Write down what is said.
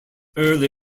early